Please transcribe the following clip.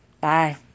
Bye